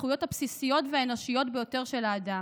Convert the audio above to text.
הזכויות הבסיסיות והאנושיות ביותר של האדם,